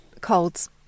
colds